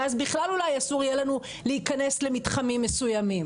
ואז בכלל אולי אסור יהיה לנו להיכנס למתחמים מסוימים.